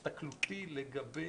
הסתכלותי לגבי